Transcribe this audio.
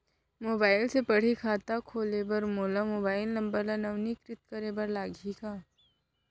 Mobile से पड़ही खाता खोले बर मोला मोबाइल नंबर ल नवीनीकृत करे बर लागही का?